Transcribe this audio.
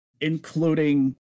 including